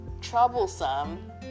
troublesome